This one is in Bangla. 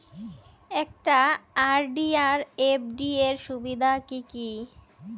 একটা আর.ডি আর এফ.ডি এর সুবিধা কি কি?